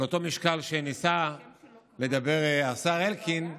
על אותו משקל שניסה לדבר השר אלקין,